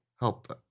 helped